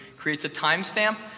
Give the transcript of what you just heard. creates a timestamp,